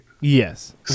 Yes